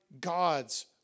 God's